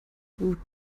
gut